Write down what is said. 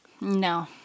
no